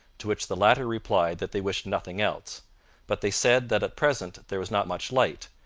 to which the latter replied that they wished nothing else but they said that at present there was not much light,